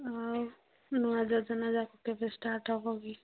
ଆଉ ନୂଆ ଯୋଜନା ଯାକ କେବେ ଷ୍ଟାର୍ଟ ହେବ କି